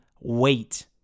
wait